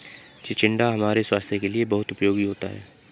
चिचिण्डा हमारे स्वास्थ के लिए बहुत उपयोगी होता है